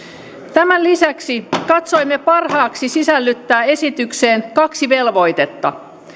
tämän lisäksi katsoimme parhaaksi sisällyttää esitykseen kaksi velvoitetta